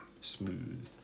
smooth